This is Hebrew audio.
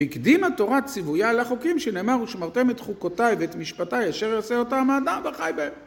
הקדימה תורה ציוויה על החוקים שנאמר ושמרתם את חוקותיי ואת משפטיי אשר יעשה אותם האדם וחי בהם